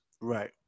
Right